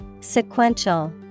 Sequential